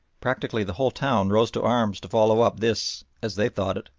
practically the whole town rose to arms to follow up this, as they thought it,